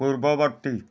ପୂର୍ବବର୍ତ୍ତୀ